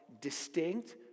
distinct